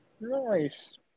Nice